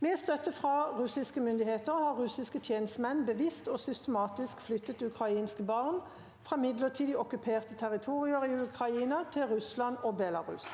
«Med støtte fra russiske myndigheter, har russiske tjenestemenn bevisst og systematisk flyttet ukrainske barn fra midlertidig okkuperte territorier i Ukraina til Russland og Belarus.